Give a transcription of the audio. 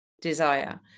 desire